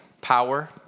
Power